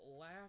laugh